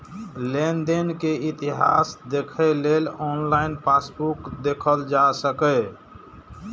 लेनदेन के इतिहास देखै लेल ऑनलाइन पासबुक देखल जा सकैए